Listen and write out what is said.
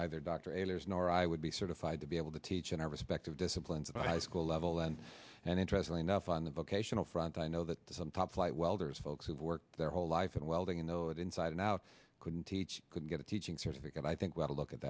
neither dr elders nor i would be certified to be able to teach in our respective disciplines of high school level then and interestingly enough on the vocational front i know that some top flight welders folks who've worked their whole life in welding in though it inside and out couldn't teach could get a teaching certificate i think will look at